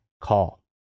call